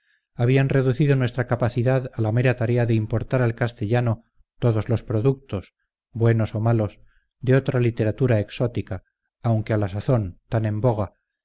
habían reducido nuestra capacidad a la mera tarea de importar al castellano todos los productos buenos o malos de otra literatura exótica aunque a la sazón tan en boga